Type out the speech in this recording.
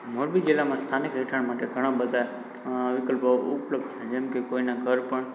મોરબી જિલ્લામાં સ્થાનિક રહેઠાણ માટે ઘણા બધા અં વિકલ્પો ઉપલબ્ધ છે જેમકે કોઈનાં ઘર પણ